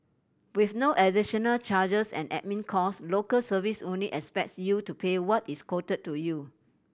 with no additional charges and admin cost Local Service only expects you to pay what is quoted to you